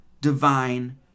divine